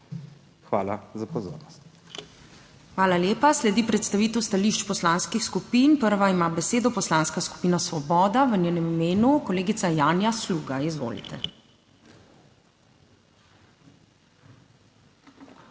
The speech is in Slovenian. KLAKOČAR ZUPANČIČ:** Hvala lepa. Sledi predstavitev stališč poslanskih skupin. Prva ima besedo Poslanska skupina Svoboda, v njenem imenu kolegica Janja Sluga, izvolite.